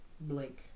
Blake